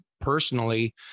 personally